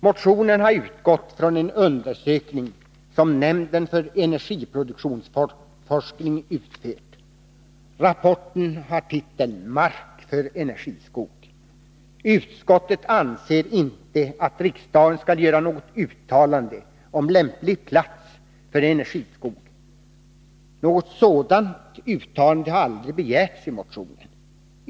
Motionen har utgått från en undersökning som nämnden för energiproduktionsforskning utfört. Rapporten har titeln Mark för energiskog. Utskottet anser inte att riksdagen skall göra något uttalande om lämplig plats för energiskog. Något sådant uttalande har aldrig begärts i motionen.